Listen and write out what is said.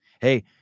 Hey